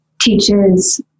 teaches